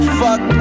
fuck